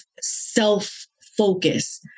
self-focus